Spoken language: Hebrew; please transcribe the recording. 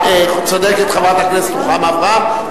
צודקת חברת הכנסת רוחמה אברהם,